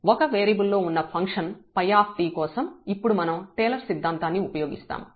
ఒక వేరియబుల్ లో ఉన్న ఫంక్షన్ 𝜙 కోసం ఇప్పుడు మనం టేలర్ సిద్ధాంతాన్ని ఉపయోగిస్తాము